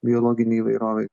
biologinei įvairovei